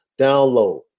download